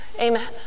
Amen